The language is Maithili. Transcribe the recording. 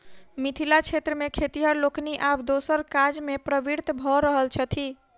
मिथिला क्षेत्र मे खेतिहर लोकनि आब दोसर काजमे प्रवृत्त भ रहल छथि